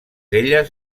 elles